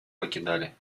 покидали